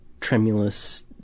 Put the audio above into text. tremulous